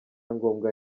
ngombwa